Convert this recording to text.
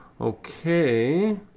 Okay